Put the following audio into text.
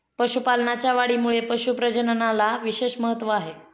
पशुपालनाच्या वाढीमध्ये पशु प्रजननाला विशेष महत्त्व आहे